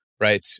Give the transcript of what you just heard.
right